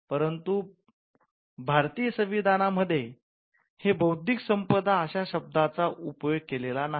परंतु भारतीय संविधानामध्ये हे बौद्धिक संपदा अशा शब्दांचा उपयोग केलेला नाही